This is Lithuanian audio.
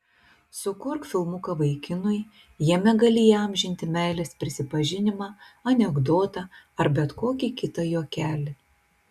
sukurk filmuką vaikinui jame gali įamžinti meilės prisipažinimą anekdotą ar bet kokį kitą juokelį